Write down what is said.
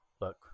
look